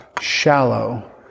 shallow